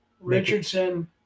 Richardson